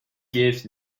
gives